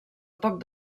poc